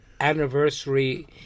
anniversary